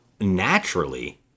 naturally